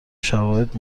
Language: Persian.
شواهد